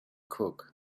cook